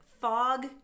fog